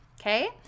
Okay